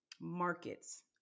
markets